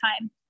time